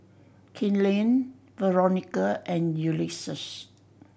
Keenen Veronica and Ulysses